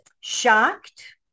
shocked